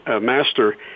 master